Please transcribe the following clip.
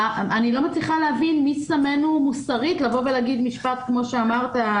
אני לא מצליחה להבין מי שמנו מוסרית להגיד משפט כמו שאמרת,